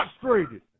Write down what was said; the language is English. frustrated